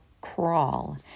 crawl